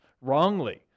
wrongly